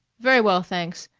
very well, thanks.